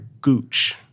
gooch